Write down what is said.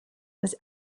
was